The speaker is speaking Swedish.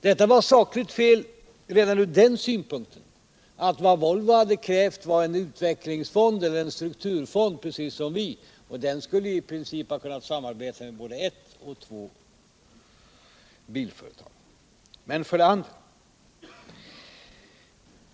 Detta var sakligt fel redan från den synpunkten att vad Volvo hade krävt var en utvecklingsfond eller strukturfond, precis som vi socialdemokrater krävt, och den skulle i princip ha kunnat samarbeta med både ett och två bilföretag.